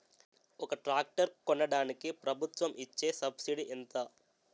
ఒక ట్రాక్టర్ కొనడానికి ప్రభుత్వం ఇచే సబ్సిడీ ఎంత?